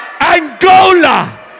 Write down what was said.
Angola